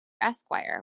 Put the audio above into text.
esquire